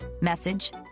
message